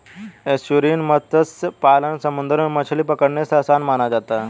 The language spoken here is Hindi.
एस्चुरिन मत्स्य पालन समुंदर में मछली पकड़ने से आसान माना जाता है